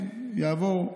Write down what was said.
יעבור,